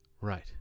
right